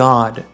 God